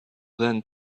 than